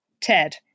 Ted